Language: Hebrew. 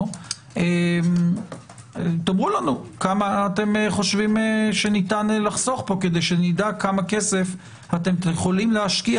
כמה אתם חושבים שניתן לחסוך פה כדי שנדע כמה כסף אתם יכולים להשקיע